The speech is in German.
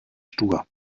stur